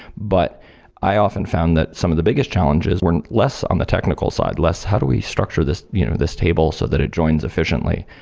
but i often found that some of the biggest challenges were less on the technical side, less how do we structure this you know this table so that it joins efficiently?